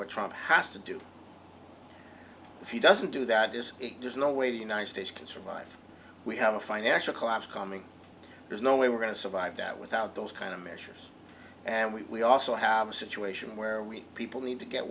what trump has to do if he doesn't do that is just no way the united states can survive we have a financial collapse coming there's no way we're going to survive that without those kind of measures and we also have a situation where we people need to get